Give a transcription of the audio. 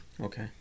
Okay